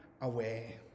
away